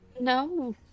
No